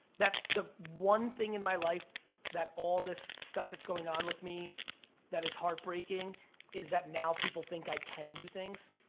that the one thing in my life that all this stuff that's going on with me that is heartbreaking is that now people think i can do things?